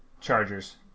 Chargers